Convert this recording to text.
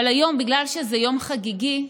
אבל היום, בגלל שזה יום חגיגי,